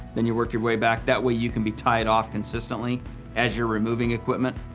then you work your way back. that way you can be tied off consistently as you're removing equipment.